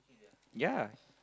ya